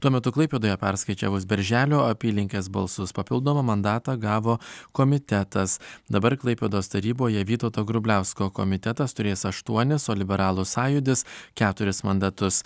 tuo metu klaipėdoje perskaičiavus berželio apylinkės balsus papildomą mandatą gavo komitetas dabar klaipėdos taryboje vytauto grubliausko komitetas turės aštuonis o liberalų sąjūdis keturis mandatus